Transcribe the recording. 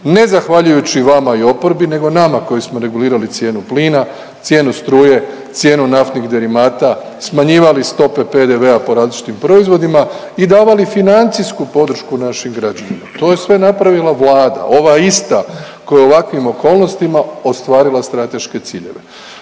ne zahvaljujući vama i oporbi nego nama koji smo regulirali cijenu plina, cijenu struje, cijenu naftnih derivata, smanjivali stope PDV-a po različitim proizvodima i davali financijsku podršku našim građanima. To je sve napravila Vlada, ova ista koja je u ovakvim okolnostima ostvarila strateške ciljeve.